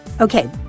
Okay